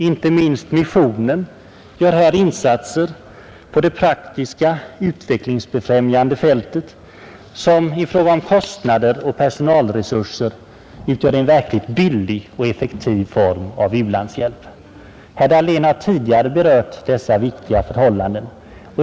Inte minst missionen gör här insatser på det praktiska, utvecklingsbefrämjande fältet, som i fråga om kostnader och personalresurser utgör en verkligt billig och effektiv form av u-landshjälp. Herr Dahlén har tidigare berört dessa viktiga förhållanden.